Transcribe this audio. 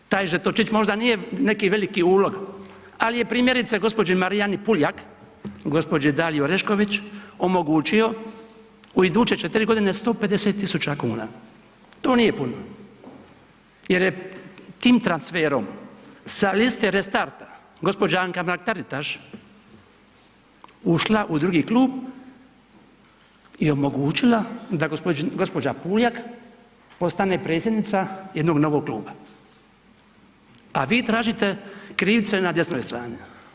Taj žetončić možda nije neki veliki ulog, al je primjerice gđi. Marijani Puljak, gđi. Daliji Orešković, omogućio u iduće 4.g. 150 000 kuna, to nije puno jer je tim transferom sa liste Restarta gđa. Anka Mrak-Taritaš ušla u drugi klub i omogućila da gđa. Puljak postane predsjednica jednog novog kluba, a vi tražite krivce na desnoj strani.